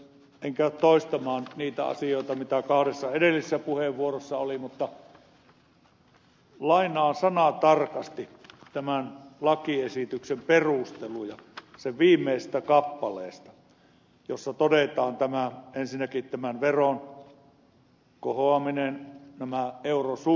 en käy toistamaan niitä asioita mitä kahdessa edellisessä puheenvuorossa oli mutta lainaan sanatarkasti tämän lakiesityksen perusteluja sen viimeisestä kappaleesta jossa todetaan ensinnäkin tämän veron kohoaminen nämä eurosummat